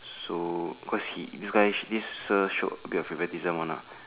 so cause he this guy this sir show a bit of favoritism one lah